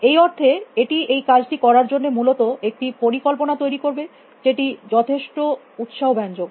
এই অর্থে এটি এই কাজটি করার জন্য মূলত একটি পরিকল্পনা তৈরী করবে যেটি যথেষ্ট উত্সাহব্যঞ্জক